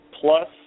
plus